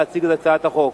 להציג את הצעת החוק.